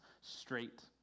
straight